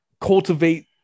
cultivate